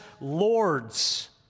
lords